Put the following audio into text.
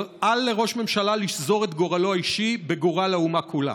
אל לראש ממשלה לשזור את גורלו האישי בגורל האומה כולה.